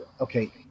okay